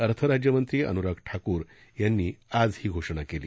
अर्थ राज्यमंत्री अन्राग ठाकूर यांनी आज ही घोषणा केली